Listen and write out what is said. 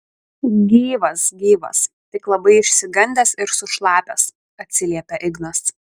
gyvas gyvas tik labai išsigandęs ir sušlapęs atsiliepia ignas